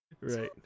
Right